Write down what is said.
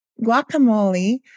Guacamole